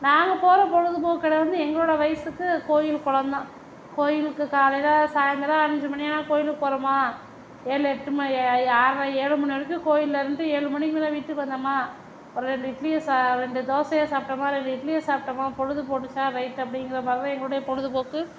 நாங்கள் போகிற பொழுது போக்கு இடம் வந்து எங்களோட வயதுக்கு கோயில் குளம் தான் கோயிலுக்கு காலையில் சாயந்திரம் அஞ்சு மணி ஆனால் கோயிலுக்கு போகிறோமா ஏழு எட்டு மணி ஆற்ரை ஏழு மணி வரைக்கும் கோயிலில் இருந்து ஏழு மணிக்கு மேலே வீட்டுக்கு வந்தோமா ஒரு ரெண்டு இட்லியை ச ரெண்டு தோசையை சாப்பிட்டோம்மா ரெண்டு இட்லியை சாப்பிட்டோம்மா பொழுதுபோச்சா ரைட் அப்படிங்குற மாதிரிதான் என்னுடைய பொழுதுபோக்கு